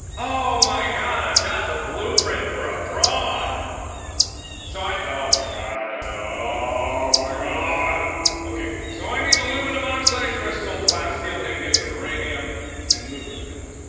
oh my god i've got the blueprint for a prawn so i and oh my god at all ah my god okay so i need aluminum oxide crystal plasteel ingot iranian and lubricant